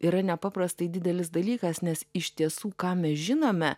yra nepaprastai didelis dalykas nes iš tiesų ką mes žinome